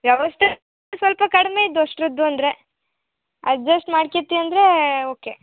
ವ್ಯವಸ್ಥೆ ಸ್ವಲ್ಪ ಕಡಿಮೆ ಇದ್ದೋ ಅಷ್ಟರದ್ದು ಅಂದರೆ ಅಡ್ಜಸ್ಟ್ ಮಾಡ್ಕೊತಿವ್ ಅಂದರೆ ಓಕೆ